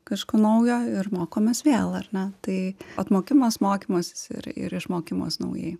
kažko naujo ir mokomės vėl ar ne tai atmokimas mokymasis ir ir išmokymas naujai